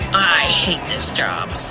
i hate this job!